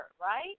right